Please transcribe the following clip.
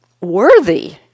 worthy